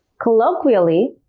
colloquially,